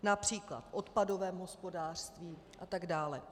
Například odpadové hospodářství a tak dále.